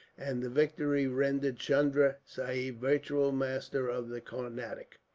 and the victory rendered chunda sahib virtual master of the carnatic.